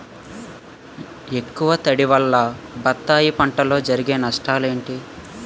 ఎక్కువ తడి వల్ల బత్తాయి పంటలో జరిగే నష్టాలేంటి?